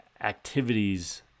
activities